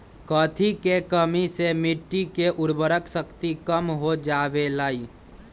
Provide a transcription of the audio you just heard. कथी के कमी से मिट्टी के उर्वरक शक्ति कम हो जावेलाई?